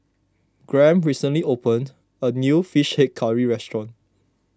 Graham recently opened a new Fish Head Curry restaurant